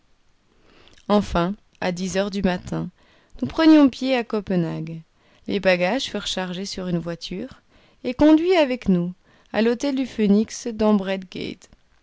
enfin à dix heures du matin nous prenions pied à copenhague les bagages furent chargés sur une voiture et conduits avec nous à l'hôtel du phoenix